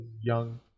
young